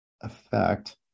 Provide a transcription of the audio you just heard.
effect